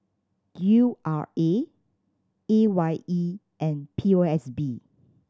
U R A A Y E and P O S B